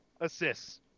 assists